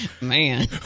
Man